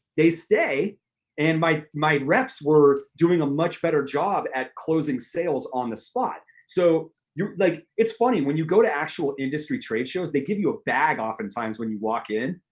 they stay and my my reps were doing a much better job at closing sales on the spot. so it's like it's funny, when you go to actual industry trade shows, they give you a bag oftentimes when you walk in,